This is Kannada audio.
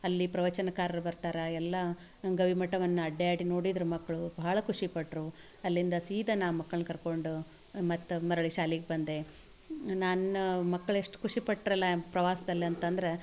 ಅಲ್ಲಿ ಪ್ರವಚನಕಾರರು ಬರ್ತಾರೆ ಎಲ್ಲ ಗವಿಮಠವನ್ನು ಅಡ್ಡಾಡಿ ನೋಡಿದ್ರು ಮಕ್ಕಳು ಭಾಳ ಖುಷಿಪಟ್ಟರು ಅಲ್ಲಿಂದ ಸೀದಾ ನಾ ಮಕ್ಳನ್ನು ಕರ್ಕೊಂಡು ಮತ್ತೆ ಮರಳಿ ಶಾಲೆಗ್ ಬಂದೆ ನಾನು ಮಕ್ಳು ಎಷ್ಟು ಖುಷಿಪಟ್ರಲ್ಲ ಪ್ರವಾಸ್ದಲ್ಲಿ ಅಂತಂದ್ರೆ